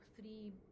three